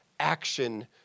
action